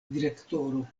direktoro